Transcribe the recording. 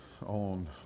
on